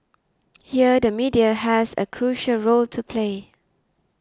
here the media has a crucial role to play